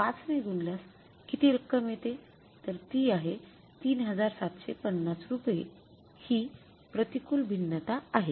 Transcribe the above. ५ ने गुणल्यास किती रक्कम येते तर ती आहे ३७५० रुपये हि प्रतिकूल भिन्नता आहे